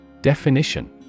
Definition